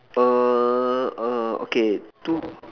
err err okay two